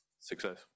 Success